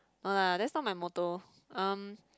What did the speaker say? no lah that's not my motto um